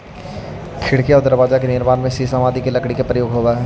खिड़की आउ दरवाजा के निर्माण में शीशम आदि के लकड़ी के प्रयोग होवऽ हइ